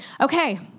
Okay